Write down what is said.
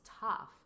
tough